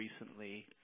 recently